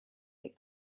that